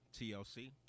TLC